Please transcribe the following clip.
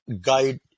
guide